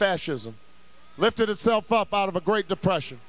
fascism lifted itself up out of a great depression